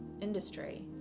industry